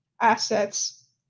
assets